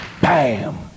BAM